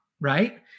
right